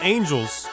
Angels